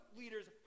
leaders